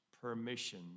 permission